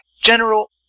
general